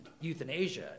euthanasia